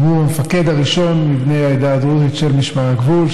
גם הוא המפקד הראשון מבני העדה הדרוזית של משמר הגבול,